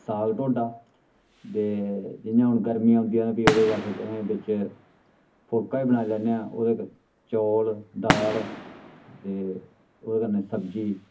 साग टोडा दे जियां हून गर्मियां औंदियां न फ्ही ओह्दे च कदैं बिच्च फुलका बी बनाई लैन्ने आं ओह्दे चौल दाल ते ओह्दे कन्नै सब्जी